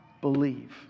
believe